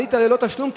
עלית ללא תשלום,